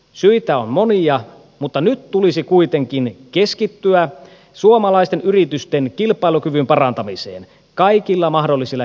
syitä on monia mutta nyt tulisi kuitenkin keskittyä suomalaisten yritysten kilpailukyvyn parantamiseen kaikilla mahdollisilla keinoilla